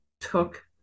took